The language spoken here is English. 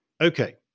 Okay